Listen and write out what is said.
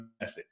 method